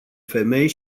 femei